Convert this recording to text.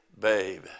babe